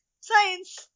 Science